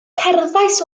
cerddais